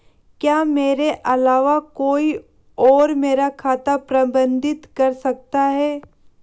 क्या मेरे अलावा कोई और मेरा खाता प्रबंधित कर सकता है?